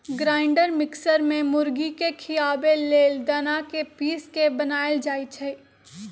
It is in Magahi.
ग्राइंडर मिक्सर में मुर्गी के खियाबे लेल दना के पिस के बनाएल जाइ छइ